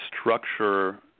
structure